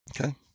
Okay